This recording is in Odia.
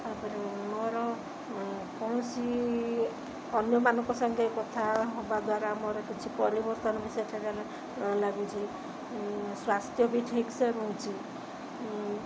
ତା'ପରେ ମୋର କୌଣସି ଅନ୍ୟମାନଙ୍କ ସଙ୍ଗେ କଥା ହେବା ଦ୍ୱାରା ମୋର କିଛି ପରିବର୍ତ୍ତନ ବି ସେଠାକାର ଲାଗୁଛି ସ୍ୱାସ୍ଥ୍ୟ ବି ଠିକ୍ସେ ରହୁଛି